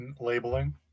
labeling